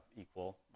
equal